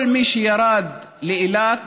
כל מי שירד לאילת